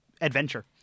adventure